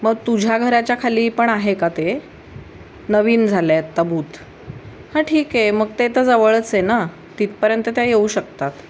मग तुझ्या घराच्या खाली पण आहे का ते नवीन झालं आहे आत्ता बूथ हां ठीक आहे मग ते तर जवळच आहे ना तिथपर्यंत त्या येऊ शकतात